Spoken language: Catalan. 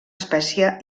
espècie